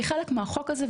כחלק מהחוק הזה,